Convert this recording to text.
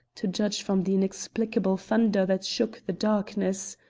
to judge from the inexplicable thunder that shook the darkness.